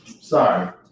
sorry